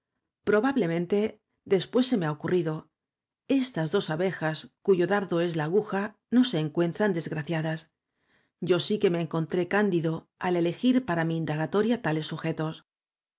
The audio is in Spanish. y no se quedaban atrás probablemente después se me ha ocurrido estas dos abejas cuyo dardo es la aguja no se encuentran desgraciadas yo sí que me encontré candido al elegir para mi indagatoria tales sujetos